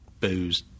booze